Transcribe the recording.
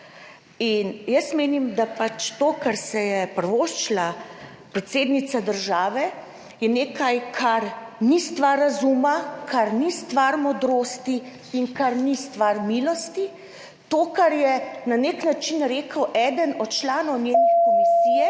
In jaz menim, da pač to, kar si je privoščila predsednica države, je nekaj, kar ni stvar razuma, kar ni stvar modrosti in kar ni stvar milosti. To, kar je na nek način rekel eden od članov njenih komisije,